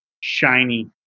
shiny